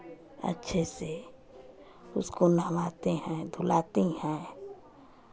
अच्छे से उसको नहवाते हैं धुलाते हैं